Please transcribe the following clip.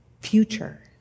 future